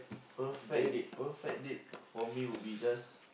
perfect date perfect date for me will be just